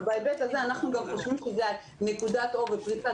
אנחנו חושבים שזאת נקודת אור ופריצת